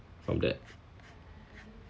from that